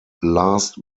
last